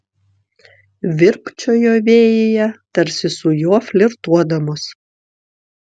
virpčiojo vėjyje tarsi su juo flirtuodamos